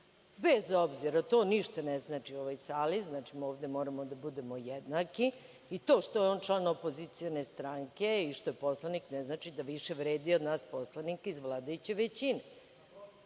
bez obzira, to ništa ne znači u ovoj sali, znači, ovde moramo da budemo jednaki. To što je on član opozicione stranke i što je poslanik ne znači da više vredi od nas poslanika iz vladajuće većine. Sa